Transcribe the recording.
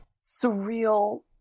surreal